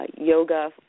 yoga